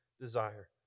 desire